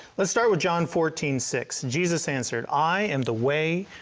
let's start with john fourteen six, jesus answered, i am the way,